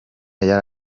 yari